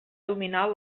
dominar